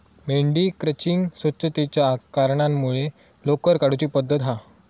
मेंढी क्रचिंग स्वच्छतेच्या कारणांमुळे लोकर काढुची पद्धत हा